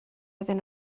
iddyn